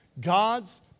God's